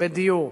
בדיור,